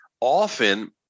often